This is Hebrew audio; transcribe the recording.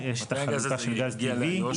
יש את החלוקה של גז טבעי.